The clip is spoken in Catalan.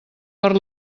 per